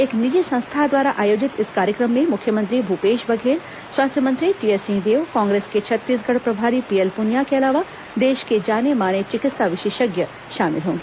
एक निजी संस्था द्वारा आयोजित इस कार्यक्रम में मुख्यमंत्री भूपेश बघेल स्वास्थ्य मंत्री टीएस सिंहदेव कांग्रेस के छत्तीगसढ़ प्रभारी पीएल पुनिया के अलावा देश के जाने माने चिकित्सा विशेषज्ञ शामिल होंगे